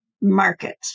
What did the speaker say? market